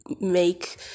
make